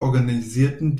organisierten